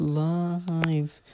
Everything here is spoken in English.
life